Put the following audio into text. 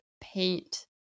paint